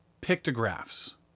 pictographs